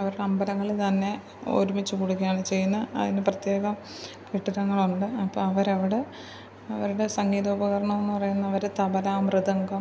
അവരുടെ അമ്പലങ്ങളിൽ തന്നെ ഒരുമിച്ച് കൂടുകയാണ് ചെയ്യുന്നത് അതിന് പ്രത്യേകം കെട്ടിടങ്ങളുണ്ട് അപ്പോൾ അവരവിടെ അവരുടെ സംഗീതോപകരണം എന്ന് പറയുന്ന അവർ തബല മൃദംഗം